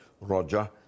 Roger